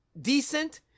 decent